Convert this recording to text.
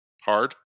Hard